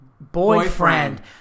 boyfriend